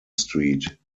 street